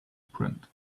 print